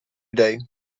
day